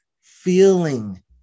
feeling